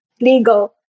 legal